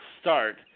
start